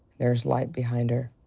there's light behind her.